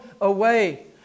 away